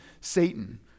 Satan